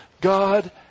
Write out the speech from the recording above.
God